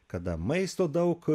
kada maisto daug